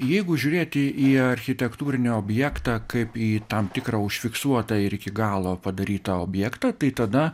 jeigu žiūrėti į architektūrinį objektą kaip į tam tikrą užfiksuotą ir iki galo padarytą objektą tai tada